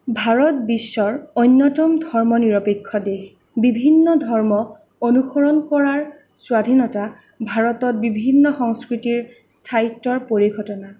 ভাৰত বিশ্বৰ অন্যতম ধৰ্মনিৰপেক্ষ দেশ বিভিন্ন ধৰ্মক অনুসৰণ কৰাৰ স্বাধীনতা ভাৰতত বিভিন্ন সংস্কৃতিৰ স্থায়ীত্বৰ পৰিঘটনা